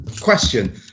question